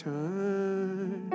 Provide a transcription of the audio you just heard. Turn